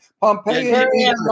Pompeii